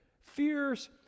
Fears